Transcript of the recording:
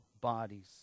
bodies